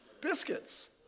Biscuits